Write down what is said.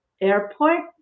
airport